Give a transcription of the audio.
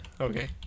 Okay